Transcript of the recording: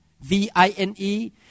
V-I-N-E